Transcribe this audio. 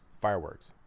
fireworks